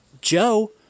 Joe